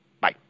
Bye